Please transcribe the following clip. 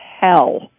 hell